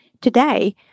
Today